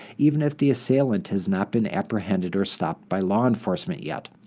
even if the assailant has not been apprehended or stoped by law enforcement yet.